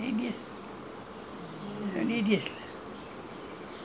at that time I only seven eight nine years eight nine years ya nine years